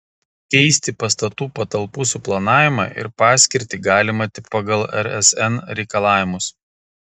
keisti pastatų patalpų suplanavimą ir paskirtį galima tik pagal rsn reikalavimus